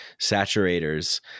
saturators